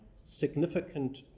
significant